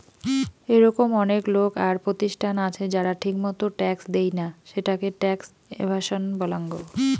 এরকম অনেক লোক আর প্রতিষ্ঠান আছে যারা ঠিকমতো ট্যাক্স দেইনা, সেটাকে ট্যাক্স এভাসন বলাঙ্গ